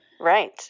Right